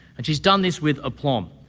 and she's done this with aplomb.